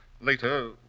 Later